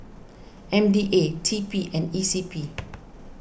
M D A T P and E C P